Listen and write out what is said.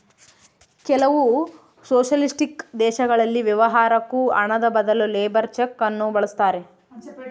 ಕೆಲವು ಸೊಷಲಿಸ್ಟಿಕ್ ದೇಶಗಳಲ್ಲಿ ವ್ಯವಹಾರುಕ್ಕ ಹಣದ ಬದಲು ಲೇಬರ್ ಚೆಕ್ ನ್ನು ಬಳಸ್ತಾರೆ